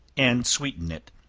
and sweeten it.